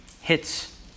hits